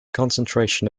concentration